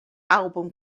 album